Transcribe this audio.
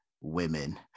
women